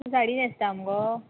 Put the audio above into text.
तू साडी न्हेसता मुगो